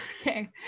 Okay